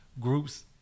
groups